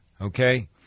okay